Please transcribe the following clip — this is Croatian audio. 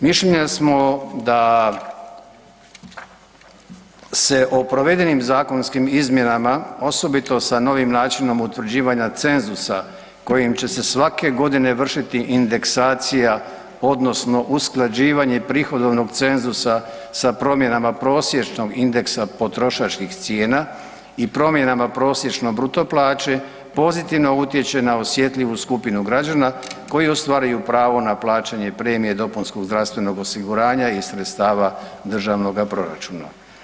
Mišljenja samo da se o provedenim zakonskim izmjenama, osobito sa novim načinom utvrđivanja cenzusa kojim će se svake godine vršiti indeksacija odnosno usklađivanje prihodovnog cenzusa sa promjenama prosječnog indeksa potrošačkih cijena i promjenama prosječno bruto plaće, pozitivno utječe na osjetljivu skupinu građana koji ostvaruju pravo na plaćanje premije dopunskog zdravstvenog osiguranja iz sredstava Državnoga proračuna.